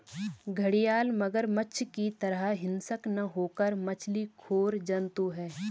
घड़ियाल मगरमच्छ की तरह हिंसक न होकर मछली खोर जंतु है